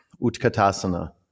Utkatasana